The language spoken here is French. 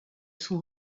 sont